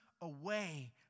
away